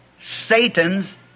Satan's